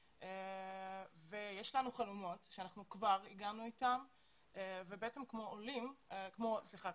יש לנו חלומות שכבר הגענו אתם וכמו אמנים,